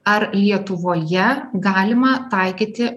ar lietuvoje galima taikyti